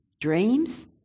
dreams